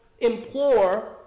implore